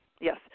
yes